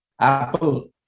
Apple